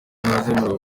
ntazemererwa